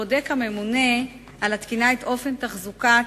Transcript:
בודק הממונה על התקינה את אופן תחזוקת